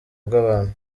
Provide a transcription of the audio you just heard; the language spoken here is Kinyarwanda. bw’abantu